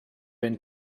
been